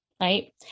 Right